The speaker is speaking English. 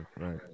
right